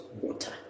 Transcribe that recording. water